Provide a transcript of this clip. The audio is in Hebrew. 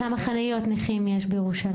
כמה חניות נכים יש בירושלים?